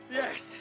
yes